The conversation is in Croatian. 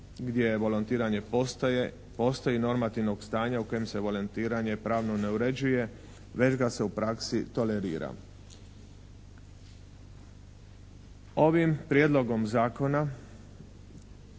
Ovim prijedlogom zakona